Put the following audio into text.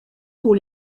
pour